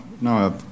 no